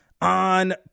on